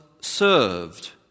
served